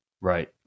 Right